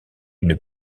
une